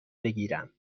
بگیرم